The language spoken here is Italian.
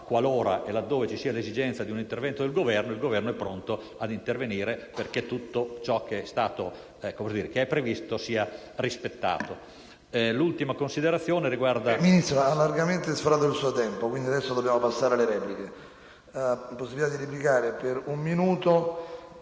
Qualora e laddove ci sia un'esigenza di un intervento del Governo, questo è pronto a intervenire perché tutto ciò che è previsto sia rispettato.